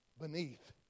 beneath